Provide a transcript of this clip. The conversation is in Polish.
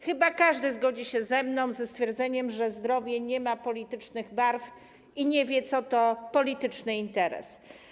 Chyba każdy zgodzi się ze stwierdzeniem, że zdrowie nie ma politycznych barw i nie wie, co to polityczny interes.